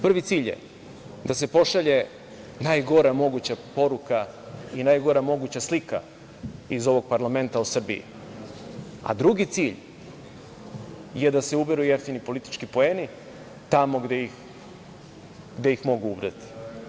Prvi cilj je da se pošalje najgora moguća poruka i najgora moguća slika iz ovog parlamenta o Srbiji, a drugi cilj je da se uberu jeftini politički poeni tamo gde ih mogu ubrati.